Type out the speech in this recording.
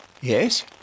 Yes